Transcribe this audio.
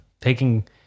Taking